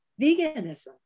veganism